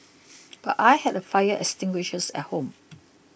but I had a fire extinguishers at home